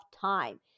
time